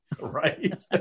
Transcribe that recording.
right